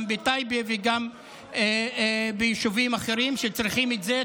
בטייבה וגם ביישובים אחרים שצריכים את זה.